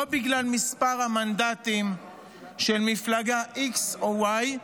לא בגלל מספר המנדטים של מפלגה x או y.